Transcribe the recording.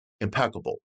impeccable